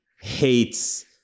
hates